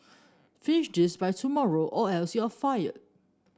finish this by tomorrow or else you'll fired